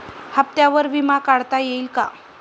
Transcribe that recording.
हप्त्यांवर विमा काढता येईल का?